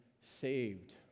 saved